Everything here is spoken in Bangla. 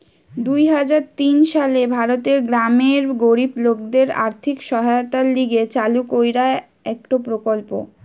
দুই হাজার তিন সালে ভারতের গ্রামের গরিব লোকদের আর্থিক সহায়তার লিগে চালু কইরা একটো প্রকল্প